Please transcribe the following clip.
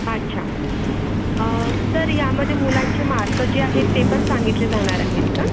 अच्छा सर यामध्ये मुलांचे मार्क जे आहेत ते पण सांगितले जाणार आहेत का